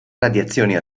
radiazioni